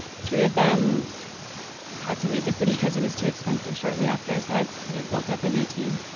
three of them had to leave the city cause it was too expensive shortly after so i've kind of built up a new team.